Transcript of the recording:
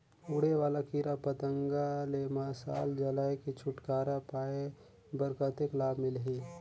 उड़े वाला कीरा पतंगा ले मशाल जलाय के छुटकारा पाय बर कतेक लाभ मिलही?